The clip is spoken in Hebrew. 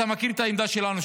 אתה מכיר את העמדה שלנו,